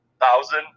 Thousand